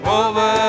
over